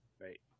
Right